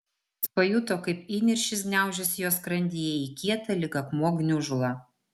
jis pajuto kaip įniršis gniaužiasi jo skrandyje į kietą lyg akmuo gniužulą